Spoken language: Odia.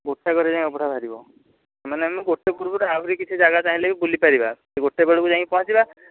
ଗୋଟାକରେ ଯାଇଁ ଅବଢ଼ା ବାହାରିବ ତା'ମାନେ ଆମେ ଗୋଟେ ପୂର୍ବରୁ ଆହୁରି କିଛି ଜାଗା ଚାହିଁଲେ ବି ବୁଲିପାରିବା ଗୋଟେ ବେଳକୁ ଯାଇକି ପହଞ୍ଚିବା